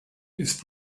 ist